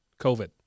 COVID